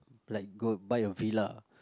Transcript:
like go buy your villa